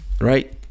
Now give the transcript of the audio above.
right